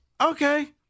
okay